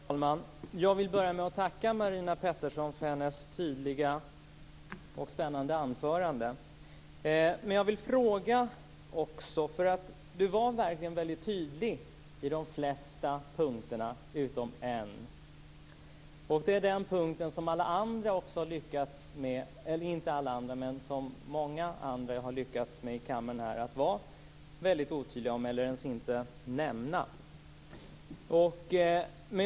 Fru talman! Jag vill börja med att tacka Marina Pettersson för hennes tydliga och spännande anförande. Men jag vill fråga också, för du var verkligen väldigt tydlig på de flesta punkterna, utom en. Det är den punkten som många andra i kammaren också har lyckats vara mycket otydliga på eller inte ens nämna.